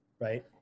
right